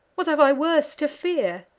what have i worse to fear?